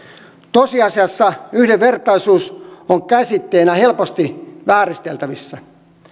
tosiasiassa yhdenvertaisuus on käsitteenä helposti vääristeltävissä